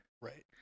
Right